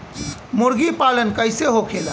मुर्गी पालन कैसे होखेला?